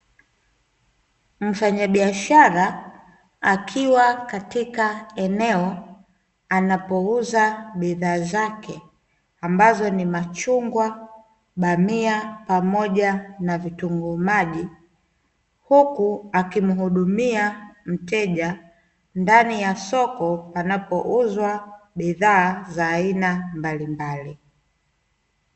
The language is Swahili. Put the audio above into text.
Mfanyabiashara akiwa katika eneo, anapouza bidhaa zake, ambazo ni machungwa, bamia pamoja na vitunguu maji. Huku akimhudumia mteja, ndani ya soko panapouzwa bidhaa za aina mbalimbali.